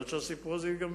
עד שהסיפור הזה ייגמר.